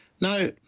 Now